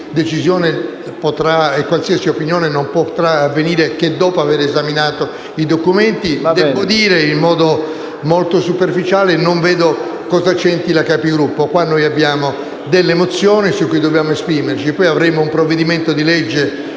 decisione e qualsiasi opinione non potrà avvenire che dopo aver esaminato i documenti. Debbo dire, in modo molto superficiale, che io non vedo cosa c'entri la Conferenza dei Capigruppo. Qui noi abbiamo delle mozioni su cui dobbiamo esprimerci. Poi, avremo un provvedimento di